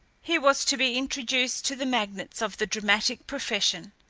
he was to be introduced to the magnates of the dramatic profession,